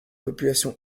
population